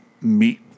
meet